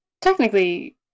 Technically